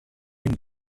den